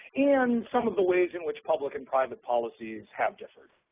and some of the ways in which public and private policies have differed.